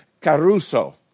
caruso